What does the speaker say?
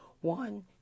one